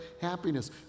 happiness